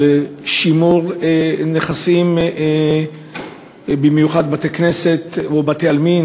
של שימור נכסים, במיוחד בתי-כנסת ובתי-עלמין.